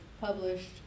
published